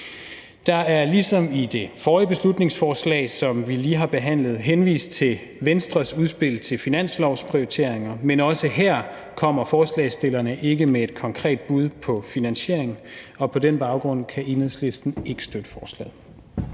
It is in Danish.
Der er ligesom i det forrige beslutningsforslag, som vi lige har behandlet, henvist til Venstres udspil til finanslovsprioriteringer, men også her kommer forslagsstillerne ikke med et konkret bud på finansiering, og på den baggrund kan Enhedslisten ikke støtte forslaget.